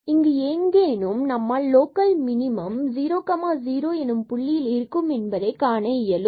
இங்கு எங்கேனும் நம்மால் லோக்கல் மினிமம் 00 எனும் புள்ளியில் இருக்கும் என்பதை காண இயலும்